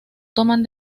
toman